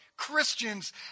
Christians